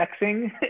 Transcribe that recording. sexing